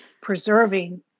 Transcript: preserving